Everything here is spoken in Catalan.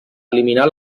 eliminar